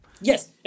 Yes